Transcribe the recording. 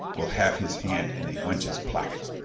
will have his hand in a wench's placket.